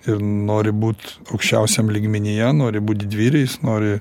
ir nori būt aukščiausiam lygmenyje nori būti didvyriais nori